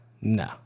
No